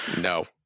No